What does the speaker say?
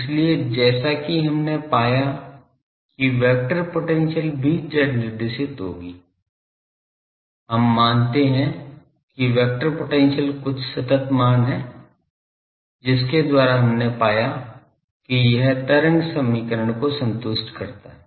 इसलिए जैसा कि हमने पाया कि वेक्टर पोटेंशियल भी z निर्देशित होगी हम मानते हैं कि वेक्टर पोटेंशियल कुछ सतत मान है जिसके द्वारा हमने पाया कि यह तरंग समीकरण को संतुष्ट करता है